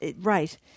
right